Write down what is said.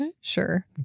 sure